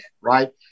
right